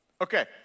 Okay